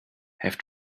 have